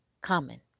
common